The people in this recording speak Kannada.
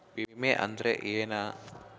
ವಿಮೆ ಅಂದ್ರೆ ಏನ?